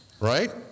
Right